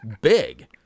big